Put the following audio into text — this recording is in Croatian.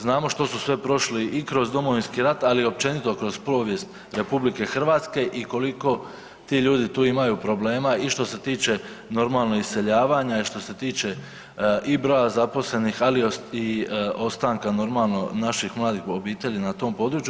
Znamo što su sve prošli i kroz Domovinski rat ali i općenito kroz povijest RH i koliko ti ljudi tu imaju problema i što se tiče normalno iseljavanja i što se tiče i broja zaposlenih, ali i ostanka normalno naših mladih ljudi na tom području.